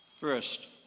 First